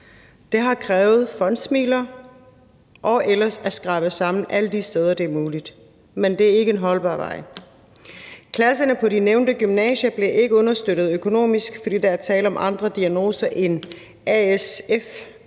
Det har krævet fondsmidler og ellers at skrabe midler sammen alle de steder, hvor det er muligt. Men det er ikke en holdbar vej. Klasserne på de nævnte gymnasier bliver ikke understøttet økonomisk, fordi der er tale om andre diagnoser end asf.